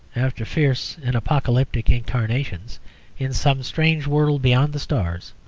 after fierce and apocalyptic incarnations in some strange world beyond the stars,